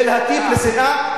זה להטיף לשנאה,